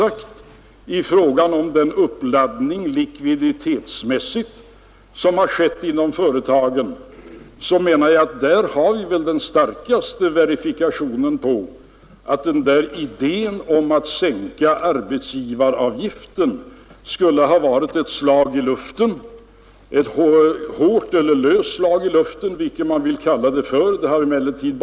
Den uppladdning likviditetsmässigt som skett inom företagen och som jag här har nämnt menar jag är den starkaste verifikationen för att det skulle ha varit ett slag i luften att sänka arbetsgivaravgiften — ett hårt eller löst slag, vilket man vill, men ändå bara ett slag i luften.